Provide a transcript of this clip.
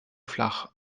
flach